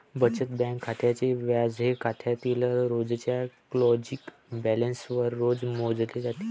बचत बँक खात्याचे व्याज हे खात्यातील रोजच्या क्लोजिंग बॅलन्सवर रोज मोजले जाते